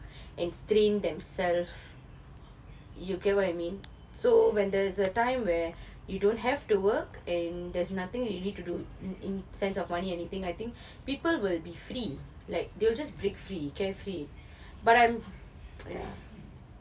and strain themself you get what I mean so when there is a time where you don't have to work and there is nothing that you need to do in sense of money anything I think people will be free they will just break free carefree but I'm ya